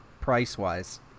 price-wise